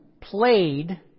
played